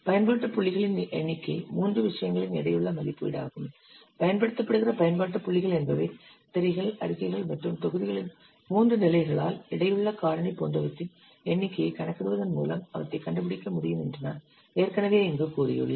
பயன்பாட்டு புள்ளிகளின் எண்ணிக்கை மூன்று விஷயங்களின் எடையுள்ள மதிப்பீடாகும் பயன்படுத்தப்படுகிற பயன்பாட்டு புள்ளிகள் என்பவை திரைகள் அறிக்கைகள் மற்றும் தொகுதிகளின் மூன்று நிலைகளால் எடையுள்ள காரணி போன்றவற்றின் எண்ணிக்கையை கணக்கிடுவதன் மூலம் அவற்றைக் கண்டுபிடிக்க முடியும் என்று நான் ஏற்கனவே இங்கு கூறியுள்ளேன்